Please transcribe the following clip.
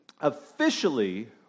officially